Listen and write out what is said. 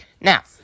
Now